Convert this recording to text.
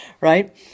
right